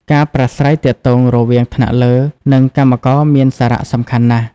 ការប្រាស្រ័យទាក់ទងរវាងថ្នាក់លើ និងកម្មករមានសារៈសំខាន់ណាស់។